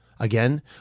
Again